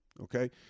Okay